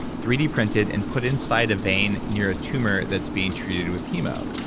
three d printed and put inside a vein near a tumor that's being treated with chemo.